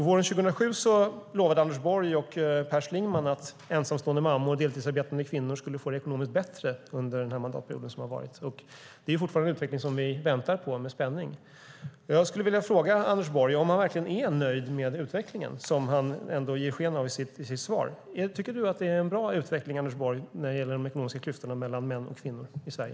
Våren 2007 lovade Anders Borg och Per Schlingmann att ensamstående mammor och deltidsarbetande kvinnor skulle få det ekonomiskt bättre under den mandatperiod som har varit. Det är fortfarande en utveckling som vi med spänning väntar på. Jag skulle vilja fråga Anders Borg om han verkligen är nöjd med utvecklingen, som han ger sken av i sitt svar. Tycker du att det är en bra utveckling, Anders Borg, när det gäller de ekonomiska klyftorna mellan män och kvinnor i Sverige?